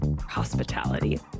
Hospitality